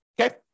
okay